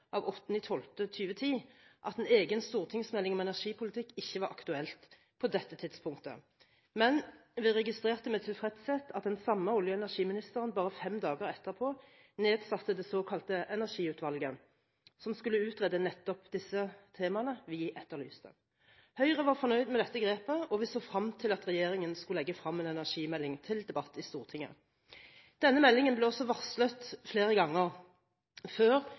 av 8. desember 2010 at en egen stortingsmelding om energipolitikk ikke var aktuelt på dette tidspunktet, men vi registrerte med tilfredshet at den samme olje- og energiministeren bare fem dager etterpå nedsatte det såkalte Energiutvalget, som skulle utrede nettopp disse temaene vi etterlyste. Høyre var fornøyd med dette grepet, og vi så frem til at regjeringen skulle legge frem en energimelding til debatt i Stortinget. Denne meldingen ble også varslet flere ganger, før